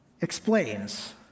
explains